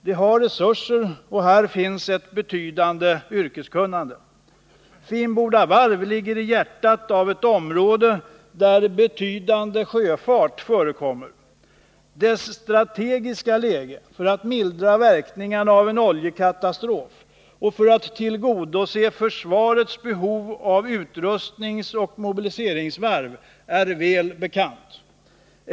Det har resurser, och där finns ett betydande yrkeskunnande. Finnboda Varf ligger i hjärtat av ett område där betydande sjöfart förekommer. Dess strategiska läge för att mildra verkningarna av en oljekatastrof och för att tillgodose försvarets behov av ett utrustningsoch mobiliseringsvarv är väl bekant.